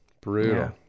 brutal